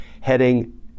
heading